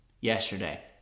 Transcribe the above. yesterday